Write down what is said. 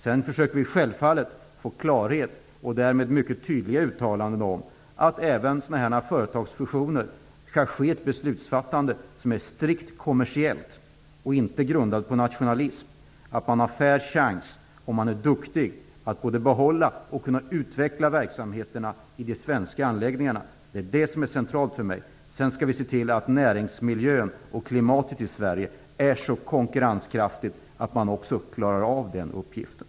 Sedan försöker vi självfallet klargöra mycket tydligt att det även i sådana här företagsfusioner skall ske ett beslutsfattande som är strikt kommersiellt och inte grundat på nationalism. Om man är duktig skall man ha en fair chans att behålla och kunna utveckla verksamheterna i de svenska anläggningarna. Detta är centralt för mig. Sedan skall vi se till att näringsmiljön och klimatet i Sverige är så konkurrenskraftiga att man också klarar av den uppgiften.